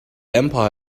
empire